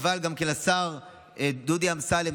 אבל גם לשר דודי אמסלם,